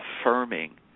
affirming